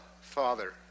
Father